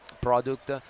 product